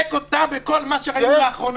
מחזק אותה בכל מה שראינו לאחרונה.